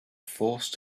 forced